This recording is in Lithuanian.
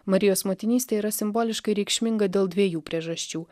marijos motinystė yra simboliškai reikšminga dėl dviejų priežasčių